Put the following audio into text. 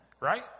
Right